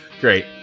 Great